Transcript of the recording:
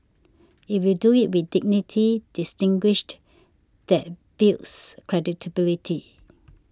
if you do it with dignity distinguished that builds credibility